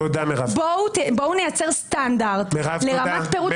בואו נייצר סטנדרט לרמת פירוט.